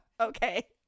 okay